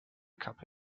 kappe